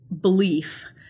belief